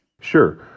Sure